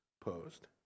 posed